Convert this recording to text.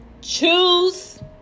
Choose